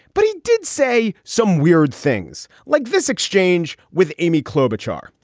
but he did say some weird things like this exchange with amy klobuchar,